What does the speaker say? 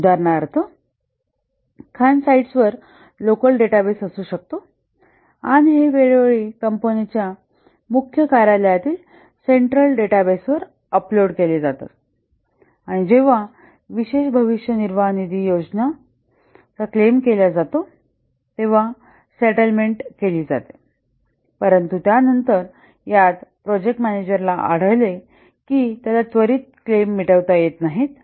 उदाहरणार्थ खाण साइट्सवर लोकल डेटाबेस असू शकतो आणि हे वेळोवेळी कंपनीच्या मुख्य कार्यालयातील सेंट्रल डेटाबेसवर अपलोड केले जाते आणि जेव्हा विशेष भविष्य निर्वाह निधी योजनेचा क्लेम केला जातो तेव्हा सेटलमेंट केली जाते परंतु त्यानंतर यात प्रोजेक्ट मॅनेजरला आढळले की त्याला त्वरित क्लेम मिटवता येत नाहीत